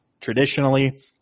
traditionally